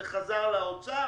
זה חזר לאוצר,